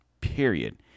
period